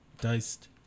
diced